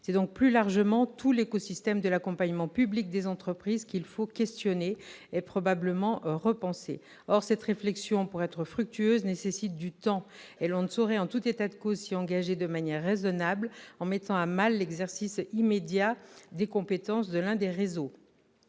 C'est donc plus largement tout l'écosystème de l'accompagnement public des entreprises qu'il faut questionner et, probablement, repenser. Or cette réflexion, pour être fructueuse, nécessite du temps et l'on ne saurait s'y engager de manière raisonnable en mettant à mal l'exercice immédiat des compétences de l'un des réseaux.